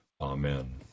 Amen